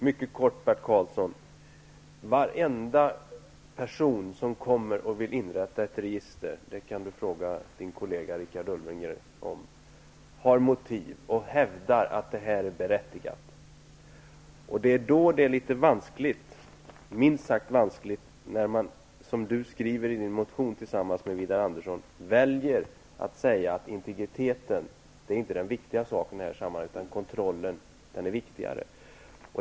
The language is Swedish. Herr talman! Bert Karlsson, varenda person som kommer och vill upprätta ett register har motiv och hävdar att det är berättigat. Det kan Bert Karlsson fråga sin kollega Richard Ulfvengren om. Det är minst sagt vanskligt att Bert Karlsson i sin motion tillsammans med Widar Andersson väljer att säga att integriteten inte är det viktiga i det här sammanhanget utan att kontrollen är viktigare.